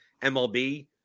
MLB